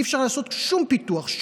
לא היה אפשר לעשות שום פיתוח,